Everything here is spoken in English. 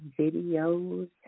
videos